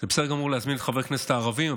שזה בסדר גמור להזמין את חברי הכנסת הערבים,